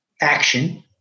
action